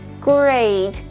Great